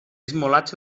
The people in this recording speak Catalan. esmolats